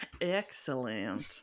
Excellent